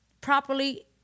Properly